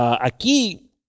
Aquí